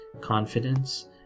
confidence